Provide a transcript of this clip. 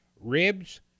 ribs